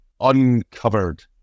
uncovered